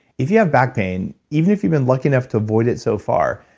if you have back pain, even if you've been lucky enough to avoid it so far,